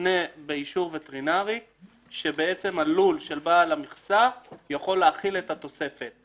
יותנה באישור וטרינרי שבעצם הלול של בעל המכסה יכול להכיל את התוספת,